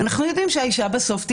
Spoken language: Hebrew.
אנחנו יודעים שהאישה בסוף,